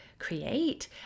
create